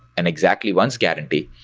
an exactly once guarantee,